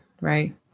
right